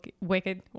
Wicked